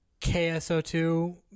KSO2